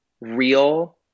real